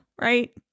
right